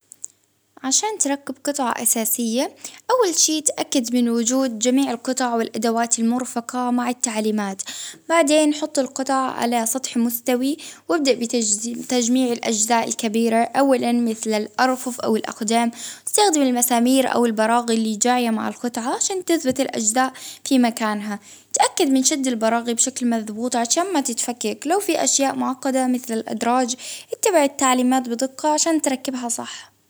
عشان تركب قطعة أساسية، أول شي تأكد من وجود جميع القطع والأدوات المرفقة مع التعليمات، بعدين حط القطع على سطح مستوي، وإبدأ بتج- تجميع الأجزاء الكبيرة أولا مثل الأرفف أو الأقدام، إستخدم المسامير أو البراغي اللي جاية مع القطعة عشان تثبت الأجزاء في مكانها، تأكد من شد البراغي بشكل مزبوط عشان ما تتفكك، لو في أشياء معقدة مثل الأدراج، إتبع التعليمات بدقة عشان تركبها صح.